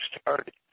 started